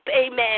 amen